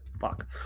Fuck